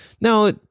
Now